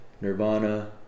nirvana